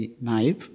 knife